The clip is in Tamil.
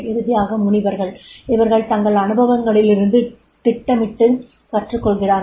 இறுதியாக முனிவர்கள் இவர்கள் தங்கள் அனுபவங்களிலிருந்து திட்டமிட்டு கற்றுக்கொள்கிறார்கள்